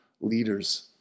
leaders